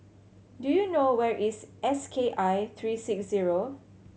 do you know where is S K I three six zero